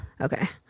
Okay